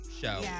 Show